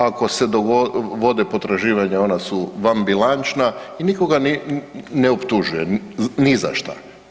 Ako se vode potraživanja ona su vanbilančna i nikoga ne optužuje ni za šta.